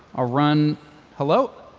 a run hello,